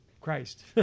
Christ